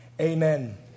amen